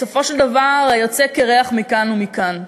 בסופו של דבר יוצא קירח מכאן ומכאן.